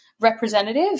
Representative